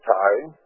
time